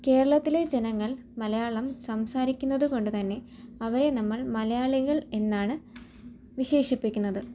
കേരളത്തിലെ ജനങ്ങൾ മലയാളം സംസാരിക്കുന്നത് കൊണ്ട് തന്നെ അവരെ നമ്മൾ മലയാളികൾ എന്നാണ് വിശേഷിപ്പിക്കുന്നത്